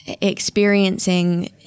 experiencing